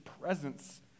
presence